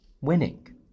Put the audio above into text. winning